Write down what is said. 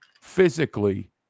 physically